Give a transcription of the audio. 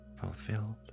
fulfilled